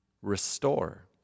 restore